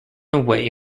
away